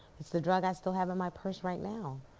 it's the drug i still have in my purse right now.